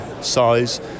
size